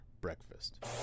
Breakfast